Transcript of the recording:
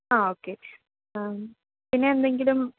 ആ ഓക്കെ പിന്നെ എന്തെങ്കിലും